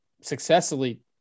successfully